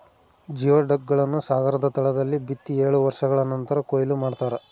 geoduck ಗಳನ್ನು ಸಾಗರದ ತಳದಲ್ಲಿ ಬಿತ್ತಿ ಏಳು ವರ್ಷಗಳ ನಂತರ ಕೂಯ್ಲು ಮಾಡ್ತಾರ